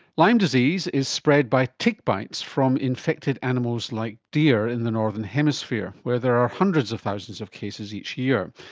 lyme disease is spread by tick bites from infected animals like deer in the northern hemisphere, where there are hundreds of thousands of cases each year.